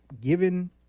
given